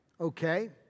okay